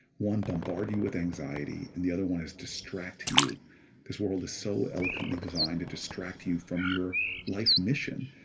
one, bombard you with anxiety. and the other one is, distract you this world is so elegantly designed to distract you from your life mission.